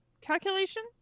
calculation